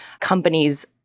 companies